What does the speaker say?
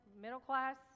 middle-class